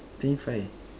twenty five